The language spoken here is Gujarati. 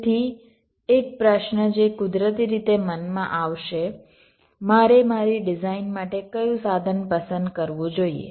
તેથી એક પ્રશ્ન જે કુદરતી રીતે મનમાં આવશે મારે મારી ડિઝાઇન માટે કયું સાધન પસંદ કરવું જોઈએ